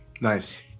nice